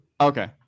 okay